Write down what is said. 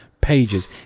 pages